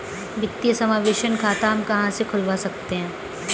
वित्तीय समावेशन खाता हम कहां से खुलवा सकते हैं?